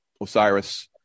Osiris